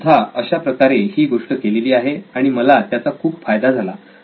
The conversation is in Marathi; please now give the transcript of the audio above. मी सुद्धा अशाप्रकारे ही गोष्ट केलेली आहे आणि मला त्याचा खूप फायदा झाला